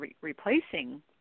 replacing